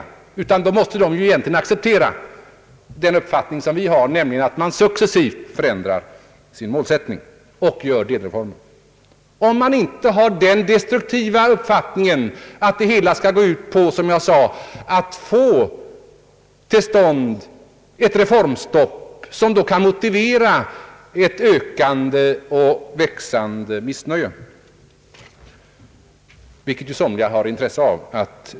Under sådana förhållanden måste man på det hållet acceptera den uppfattning som vi har, nämligen att man successivt förändrar sin målsättning och gör delreformer, såvida man inte har den destruktiva uppfattningen att det hela skall gå ut på att få till stånd ett reformstopp som kan motivera ett ökande missnöje, vilket ju somliga har ett intresse av.